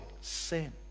sin